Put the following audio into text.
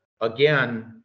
again